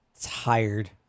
tired